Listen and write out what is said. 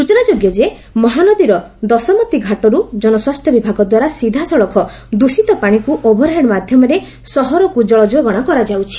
ସୂଚନାଯୋଗ୍ୟ ମହାନଦୀର ଦଶମତୀଘାଟରୁ ଜନସ୍ୱାସ୍ସ୍ୟ ବିଭାଗଦ୍ୱାରା ସିଧାସଳଖ ଦୃଷିତ ପାଶିକୁ ଓଭର୍ହେଡ୍ ମାଧ୍ଘମରେ ସହରକୁ ଜଳ ଯୋଗାଣ କରାଯାଉଛି